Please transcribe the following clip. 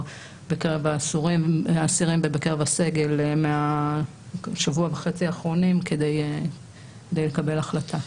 בקרב האסירים ובקרב הסגל מהשבוע וחצי אחרונים כדי לקבל החלטה.